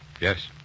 Yes